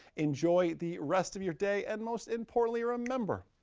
enjoy the rest of your day and most importantly, remember,